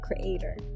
Creator